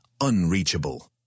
unreachable